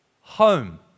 home